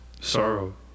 sorrow